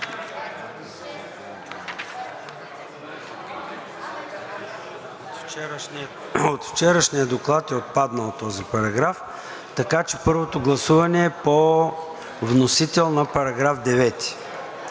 От вчерашния доклад е отпаднал този параграф, така че първото гласуване е по вносител на § 9.